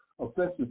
offensive